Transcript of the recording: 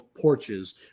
porches